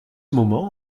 moment